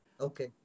Okay